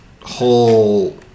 whole